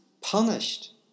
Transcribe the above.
punished